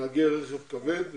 נהגי רכב כבד וחשמלאים.